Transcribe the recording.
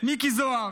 מיקי זוהר,